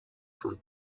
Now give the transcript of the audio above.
von